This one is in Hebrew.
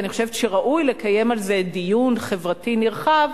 ואני חושבת שראוי לקיים על זה דיון חברתי נרחב,